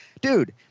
dude